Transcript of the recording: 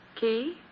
Key